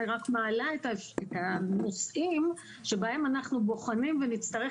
אני רק מעלה את הנושאים שבהם אנחנו בוחנים ונצטרך